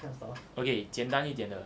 okay 简单一点的